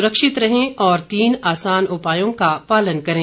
सुरक्षित रहें और इन आसान उपायों का पालन करें